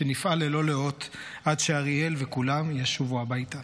שנפעל ללא לאות עד שאריאל וכולם ישובו הבית.